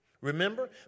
Remember